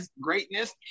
greatness